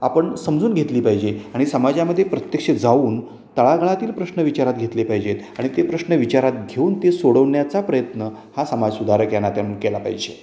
आपण समजून घेतली पाहिजे आणि समाजामध्ये प्रत्यक्ष जाऊन तळागळातील प्रश्न विचारात घेतले पाहिजेत आणि ते प्रश्न विचारात घेऊन ते सोडवण्याचा प्रयत्न हा समाज सुधारक या नात्याने केला पाहिजे